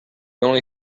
only